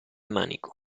manico